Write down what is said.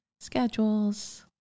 schedules